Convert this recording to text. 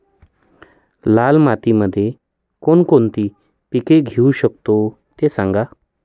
लाल मातीमध्ये कोणकोणती पिके घेऊ शकतो, ते सांगा